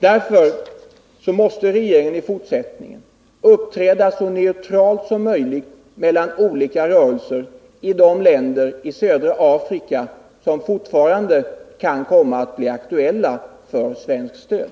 Regeringen måste i fortsättningen uppträda så neutralt som möjligt gentemot olika rörelser i de länder i södra Afrika som kan komma att bli aktuella för svenskt stöd.